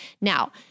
Now